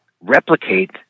replicate